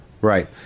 right